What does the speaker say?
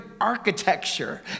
architecture